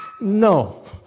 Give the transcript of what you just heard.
No